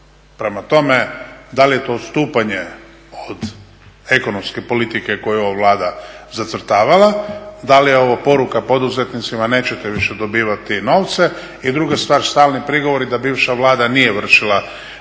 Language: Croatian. Prema tome, da li je to odstupanje od ekonomske politike koju je ova Vlada zacrtavala, da li je ovo poruka poduzetnicima nećete više dobivati novce? I druga stvar, stalni prigovori da bivša Vlada nije vršila